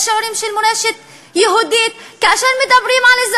יש שיעורים של מורשת יהודית.